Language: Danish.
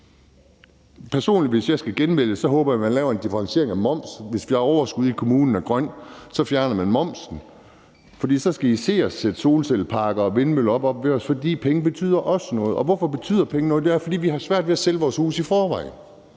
jeg, hvis jeg skal genvælges, at man laver en differentiering af momsen, og at man, hvis man har overskud og kommunen er grøn, så fjerner momsen. For så skal I se at sætte solcelleparker og vindmøller op oppe ved os, for de penge betyder også noget. Hvorfor betyder pengene noget? Det gør de, fordi vi i forvejen har svært ved at sælge vores huse, og